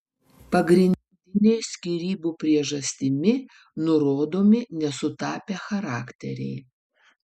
pagrindinė skyrybų priežastimi nurodomi nesutapę charakteriai